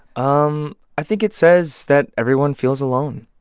um i think it says that everyone feels alone.